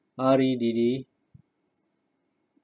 R E D D